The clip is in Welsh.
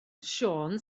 siôn